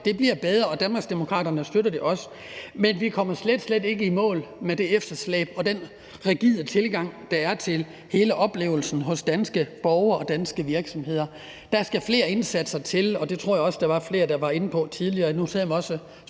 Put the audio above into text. Det bliver bedre, og Danmarksdemokraterne støtter det også, men vi kommer slet, slet ikke i mål med det i forhold til det efterslæb og den rigide tilgang, der er til det, og hele oplevelsen for danske borgere og danske virksomheder. Der skal flere indsatser til, og det tror jeg også der var flere der var inde på tidligere.